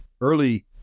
early